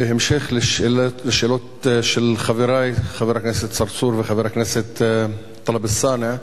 בהמשך לשאלות של חברי חבר הכנסת צרצור וחבר הכנסת טלב אלסאנע,